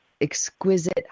exquisite